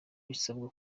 bisabwa